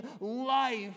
life